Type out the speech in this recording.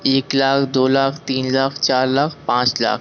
एक लाख दो लाख तीन लाख चार लाख पाँच लाख